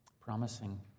promising